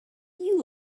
you